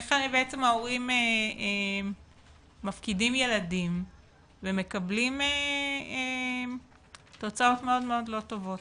איך בעצם ההורים מפקידים ילדים ומקבלים תוצאות מאוד מאוד לא טובות.